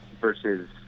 versus